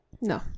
No